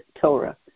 Torah